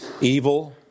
Evil